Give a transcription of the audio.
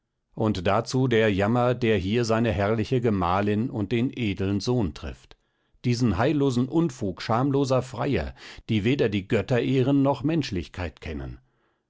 und dazu den jammer der hier seine herrliche gemahlin und den edeln sohn trifft diesen heillosen unfug schamloser freier die weder die götter ehren noch menschlichkeit kennen